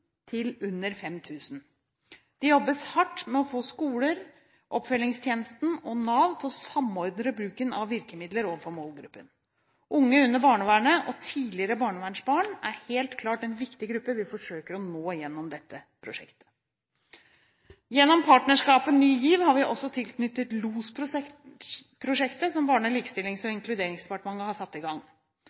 til under 5 000. Det jobbes hardt med å få skoler, oppfølgingstjenesten og Nav til å samordne bruken av virkemidler overfor målgruppen. Unge under barnevernet og tidligere barnevernsbarn er helt klart en viktig gruppe vi forsøker å nå gjennom dette prosjektet. Gjennom partnerskapet Ny GIV har vi også tilknyttet Losprosjektet, som Barne-, likestillings- og inkluderingsdepartementet har satt i gang.